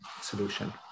solution